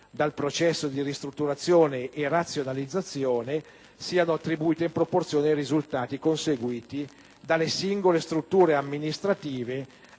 dal processo di ristrutturazione e razionalizzazione siano attribuiti in proporzione ai risultati conseguiti dalle singole strutture amministrative,